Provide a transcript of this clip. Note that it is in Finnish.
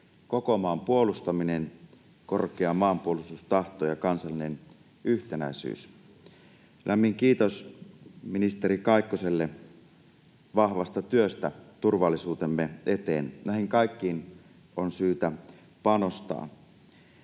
koko maan puolustaminen, korkea maanpuolustustahto ja kansallinen yhtenäisyys. Lämmin kiitos ministeri Kaikkoselle vahvasta työstä turvallisuutemme eteen. Näihin kaikkiin on syytä panostaa.